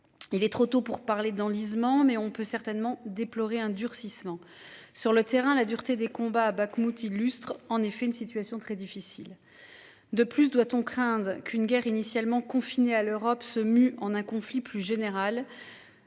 Il est trop tôt pour parler d'enlisement. Mais on peut certainement déploré un durcissement. Sur le terrain la dureté des combats à Bakhmout illustre en effet une situation très difficile. De plus, doit-on craindre qu'une guerre initialement confinée à l'Europe se mue en un conflit plus générale.